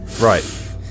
right